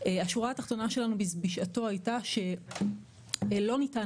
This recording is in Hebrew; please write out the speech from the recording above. השורה התחתונה שלנו בשעתו הייתה שלא ניתן